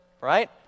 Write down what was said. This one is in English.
right